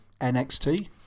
nxt